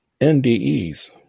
NDEs